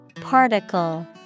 Particle